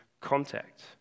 contact